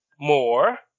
More